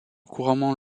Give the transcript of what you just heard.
couramment